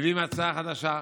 מביאים הצעה חדשה.